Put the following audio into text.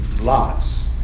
lots